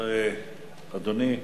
אדוני,